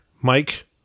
Mike